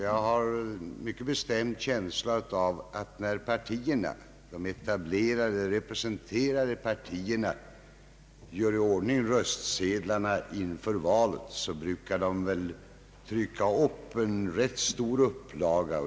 Jag har en bestämd känsla av att när de representerade partierna gör i ordning röstsedlarna inför valet brukar de låta trycka en rätt stor upplaga.